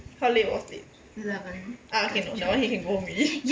how late was late ah okay no that one he can go home already